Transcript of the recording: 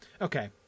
Okay